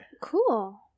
Cool